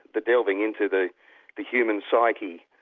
the delving into the the human psyche,